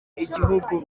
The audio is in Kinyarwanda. igihugu